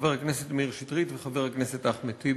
חבר הכנסת מאיר שטרית וחבר הכנסת אחמד טיבי,